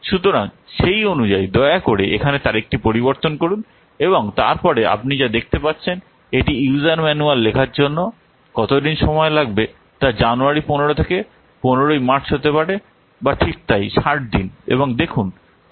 সুতরাং সেই অনুযায়ী দয়া করে এখানে তারিখটি পরিবর্তন করুন এবং তারপরে আপনি যা দেখতে পাচ্ছেন এটি ইউজার ম্যানুয়াল লেখার জন্য কত দিন সময় লাগবে তা জানুয়ারী 15 থেকে 15 ই মার্চ হতে পারে বা ঠিক তাই 60 দিন এবং দেখুন ঠিক সেই অনুযায়ী আপনি এগিয়ে যেতে পারেন